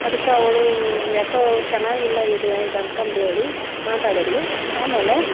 ಅದಕ್ಕೆ ಅವಳು ಯಾಕೋ ಚೆನ್ನಾಗಿಲ್ಲ ಇದು ಇದು ಅಂತಂದು ಹೇಳಿ ಮಾತಾಡಿದ್ಳು ಆಮೇಲೆ